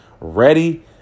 ready